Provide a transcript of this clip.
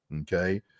Okay